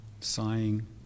sighing